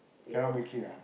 cannot make it ah